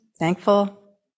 thankful